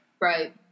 Right